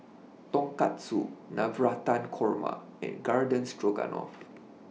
Tonkatsu Navratan Korma and Garden Stroganoff